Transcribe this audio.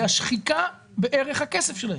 זה השחיקה בערך הכסף שלהם.